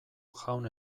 jaun